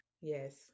yes